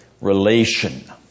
relation